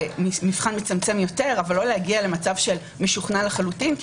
זה מבחן מצמצם יותר אבל לא להגיע למצב של משוכנע לחלוטין כי